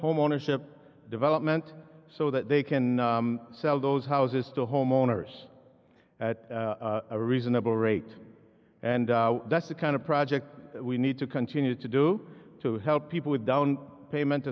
homeownership development so that they can sell those houses to homeowners at a reasonable rate and that's the kind of project we need to continue to do to help people with down payment